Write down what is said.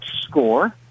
score